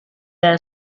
era